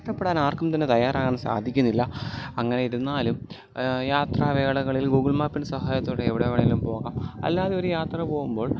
കഷ്ടപ്പെടാൻ ആർക്കും തന്നെ തയ്യാറാവാൻ സാധിക്കുന്നില്ല അങ്ങനെ ഇരുന്നാലും യാത്രാ വേളകളിൽ ഗൂഗിൾ മാപ്പിൻ്റെ സഹായത്തോടെ എവിടെ വേണെങ്കിലും പോകാം അല്ലാതെ ഒരു യാത്ര പോകുമ്പോൾ